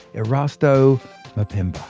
erasto mpemba.